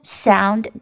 sound